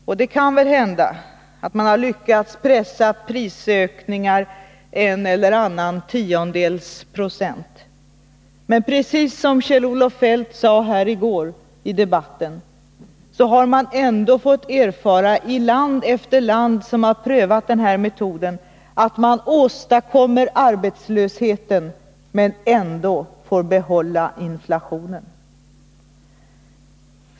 Och det kan hända att man lyckats pressa ner prisökningar en eller annan tiondels procent. Men precis som Kjell-Olof Feldt sade i debatten här i går har man i land efter land som prövat den här metoden fått erfara att man åstadkommer arbetslöshet och ändå får behålla inflationen.